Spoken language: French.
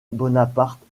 bonaparte